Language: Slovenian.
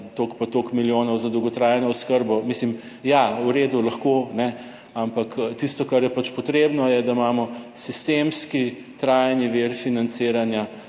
toliko in toliko milijonov za dolgotrajno oskrbo, mislim, ja v redu, lahko, ne, ampak tisto, kar je pač potrebno je, da imamo sistemski trajni vir financiranja